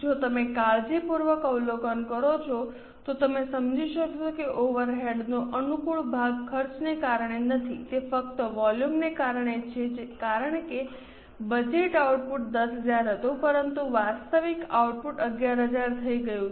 જો તમે કાળજીપૂર્વક અવલોકન કરો છો તો તમે સમજી શકશો કે ઓવરહેડનો અનુકૂળ ભાગ ખર્ચને કારણે નથી તે ફક્ત વોલ્યુમને કારણે છે કારણ કે બજેટ આઉટપુટ 10000 હતું પરંતુ વાસ્તવિક આઉટપુટ 11000 થઈ ગયું છે